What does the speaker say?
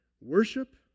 worship